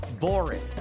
boring